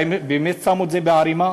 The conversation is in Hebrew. האם באמת שמו את זה בערמה?